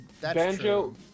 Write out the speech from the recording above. Banjo